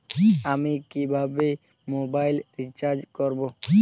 আমি কিভাবে mobile recharge করব?